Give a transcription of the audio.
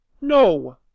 no